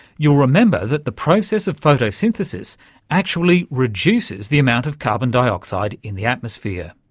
you'll remember that the process of photosynthesis actually reduces the amount of carbon dioxide in the atmosphere.